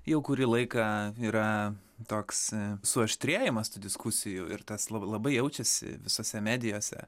jau kurį laiką yra toks su aštrėjimas tų diskusijų ir tas labai labai jaučiasi visose medijose